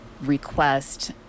request